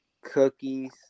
Cookies